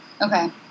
Okay